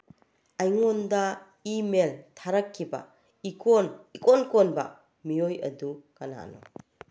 ꯑꯩꯉꯣꯟꯗ ꯏꯃꯦꯜ ꯊꯥꯔꯛꯈꯤꯕ ꯏꯀꯣꯟ ꯏꯀꯣꯟ ꯀꯣꯟꯕ ꯃꯤꯑꯣꯏ ꯑꯗꯨ ꯀꯅꯥꯅꯣ